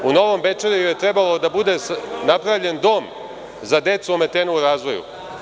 U Novom Bečeju je trebao da bude napravljen dom za decu ometenu u razvoju.